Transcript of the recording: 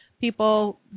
people